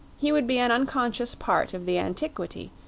he would be an unconscious part of the antiquity,